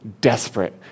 desperate